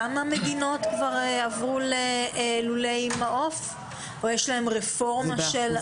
כמה מדינות עברו ללולי מעוף או שיש להם רפורמה?